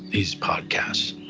these podcasts,